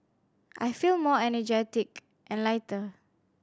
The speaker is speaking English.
I feel more energetic and lighter